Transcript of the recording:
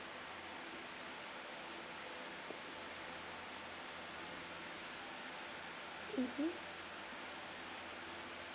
mmhmm